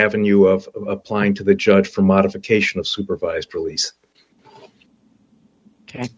avenue of applying to the judge for modification of supervised release